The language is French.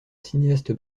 cinéaste